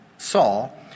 Saul